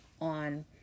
on